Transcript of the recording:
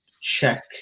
check